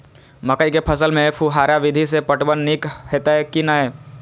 मकई के फसल में फुहारा विधि स पटवन नीक हेतै की नै?